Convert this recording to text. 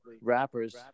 rappers